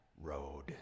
road